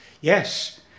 yes